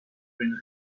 une